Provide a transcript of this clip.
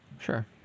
Sure